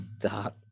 Dark